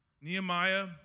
Nehemiah